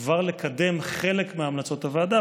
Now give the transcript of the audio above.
כבר לקדם חלק מהמלצות הוועדה,